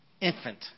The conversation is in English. infant